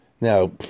Now